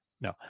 no